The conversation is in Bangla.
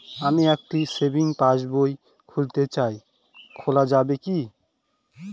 আমি একটি সেভিংস পাসবই খুলতে চাই খোলা যাবে কি?